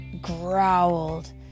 growled